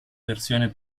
versione